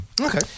okay